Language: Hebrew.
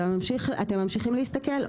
אתם ממשיכים להסתכל?